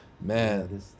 Man